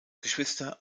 geschwister